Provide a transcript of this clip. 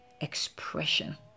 expression